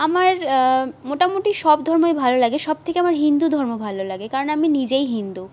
আমার মোটামুটি সব ধর্মই ভালো লাগে সবথেকে আমার হিন্দু ধর্ম ভালো লাগে কারণ আমি নিজেই হিন্দু